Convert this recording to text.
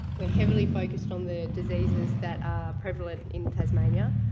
we're heavily focused on the diseases that are prevalent in tasmania,